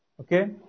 Okay